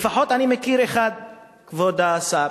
אני מכיר אחד לפחות, כבוד השר,